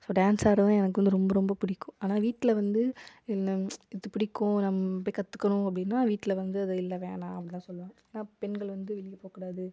so dance ஆடுறது தான் எனக்கு வந்து ரொம்ப ரொம்ப பிடிக்கும் ஆனால் வீட்டில் வந்து என்ன இது பிடிக்கும் நாம் போய் கத்துக்கணும் அப்படின்னா வீட்டில் வந்து அது இல்லை வேணாம் அப்படிலாம் சொல்வாங்க ஏன்னா பெண்கள் வந்து வெளியில் போகக்கூடாது